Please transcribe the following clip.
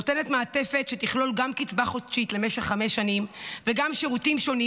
נותנת מעטפת שתכלול גם קצבה חודשית למשך חמש שנים וגם שירותים שונים,